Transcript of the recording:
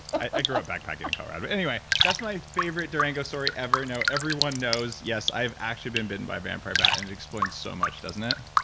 i grew up backpacking in colorado. anyway, that's my favorite durango story ever. now everyone knows yes, i've actually been bitten by a vampire bat and it explains so much, doesn't it?